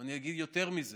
אני אגיד יותר מזה,